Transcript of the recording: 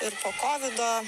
ir po kovido